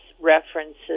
references